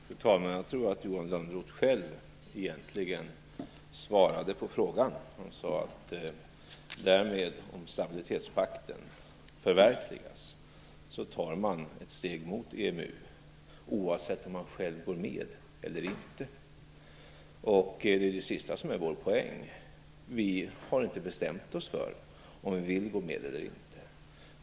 Fru talman! Jag tror att Johan Lönnroth själv egentligen svarade på frågan. Han sade att man därmed - om stabilitetspakten förverkligas - tar ett steg mot EMU, oavsett om man själv går med eller inte. Det är det sista som är vår poäng. Vi har inte bestämt oss för om vi vill gå med eller inte.